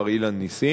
מר אילן נסים.